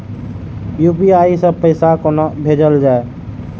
UPI सै पैसा कोना भैजल जाय?